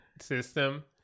system